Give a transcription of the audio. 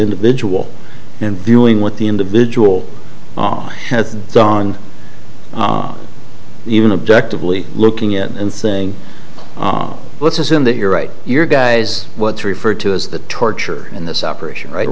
individual and dealing with the individual all has gone even objective lee looking at it and saying let's assume that you're right your guys what's referred to as the torture in this operation right